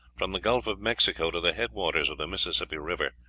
from the gulf of mexico to the head-waters of the mississippi river,